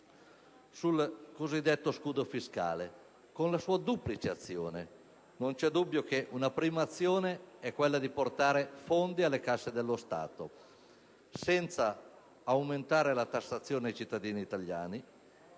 sul cosiddetto scudo fiscale con la sua duplice azione. Non c'è dubbio che una prima azione sia quella di portare fondi alle casse dello Stato, senza aumentare la tassazione ai cittadini italiani